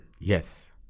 Yes